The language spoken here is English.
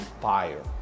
fire